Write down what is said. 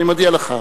אני מודיע לך.